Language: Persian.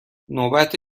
نوبت